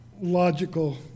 logical